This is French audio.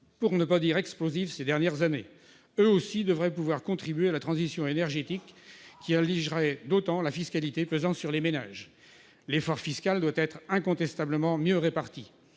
pour ne pas dire explosifs, ces dernières années. Eux aussi devraient pouvoir contribuer à la transition énergétique, ce qui allégerait d'autant la fiscalité pesant sur les ménages. L'effort fiscal doit incontestablement être mieux réparti.